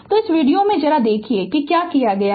तो इस वीडियो में जरा देखिए कि क्या किया गया है